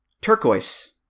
Turquoise